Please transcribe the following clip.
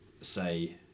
say